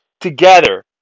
together